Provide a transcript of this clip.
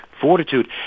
Fortitude